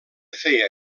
feia